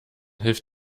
hilft